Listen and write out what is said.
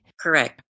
Correct